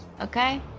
Okay